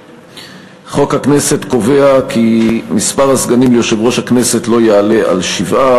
חוק הכנסת קובע כי מספר הסגנים ליושב-ראש הכנסת לא יעלה על שבעה.